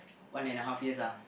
one and a half years lah